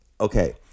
Okay